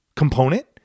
Component